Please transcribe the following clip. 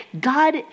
God